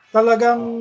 Talagang